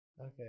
Okay